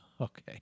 Okay